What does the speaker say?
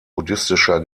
buddhistischer